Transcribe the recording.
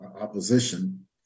opposition